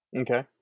Okay